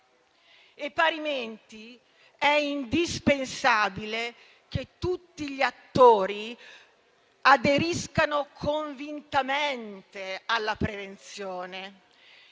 E parimenti, è indispensabile che tutti gli attori aderiscano convintamente alla prevenzione,